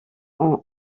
ont